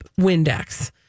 Windex